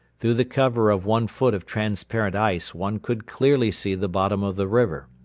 through the cover of one foot of transparent ice one could clearly see the bottom of the river.